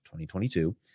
2022